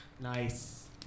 Nice